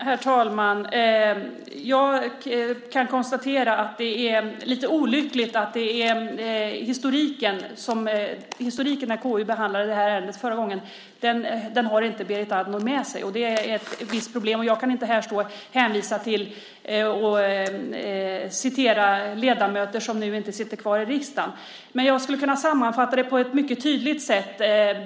Herr talman! Jag kan konstatera att det är lite olyckligt att Berit Andnor inte har historiken om KU:s behandling förra gången med sig. Det är ett visst problem. Och jag kan inte här stå här och citera ledamöter som inte finns kvar i riksdagen.